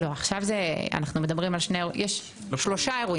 לא, יש שלושה אירועים.